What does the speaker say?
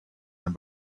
than